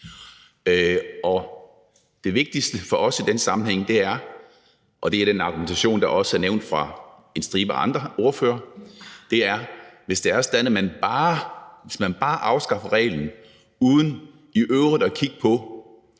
det vigtigste for os i den sammenhæng, og det er den argumentation, der også er nævnt af en stribe andre ordførere, er, at det ikke er forsvarligt, hvis man bare afskaffer reglen uden i øvrigt at kigge på,